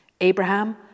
Abraham